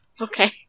Okay